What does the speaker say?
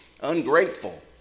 Ungrateful